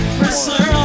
wrestler